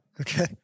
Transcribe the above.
okay